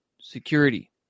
security